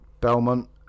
Belmont